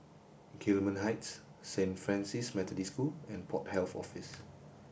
Gillman Heights Saint Francis Methodist School and Port Health Office